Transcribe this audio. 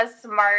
smart